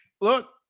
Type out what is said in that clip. Look